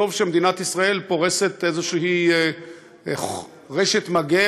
טוב שמדינת ישראל פורסת איזושהי רשת מגן